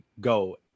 go